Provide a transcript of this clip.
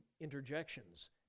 interjections